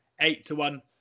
eight-to-one